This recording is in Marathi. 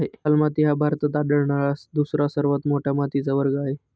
लाल माती हा भारतात आढळणारा दुसरा सर्वात मोठा मातीचा वर्ग आहे